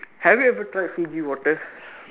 have you ever tried Fuji water